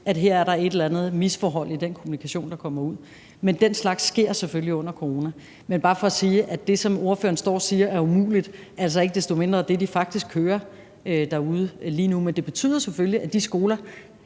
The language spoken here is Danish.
at der er et eller andet misforhold i den kommunikation, der kommer ud. Men den slags sker selvfølgelig under corona. Det er bare for at sige, at det, som ordføreren står og siger er umuligt, altså ikke desto mindre er det, de faktisk kører derude lige nu. Men det betyder, at det selvfølgelig ikke kan